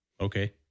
okay